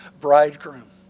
bridegroom